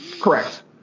Correct